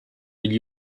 gli